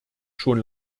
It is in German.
schon